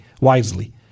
wisely